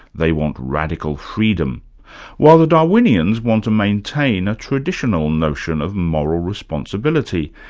they want radical freedom while the darwinians want to maintain a traditional notion of moral responsibility,